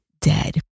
dead